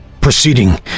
proceeding